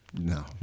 no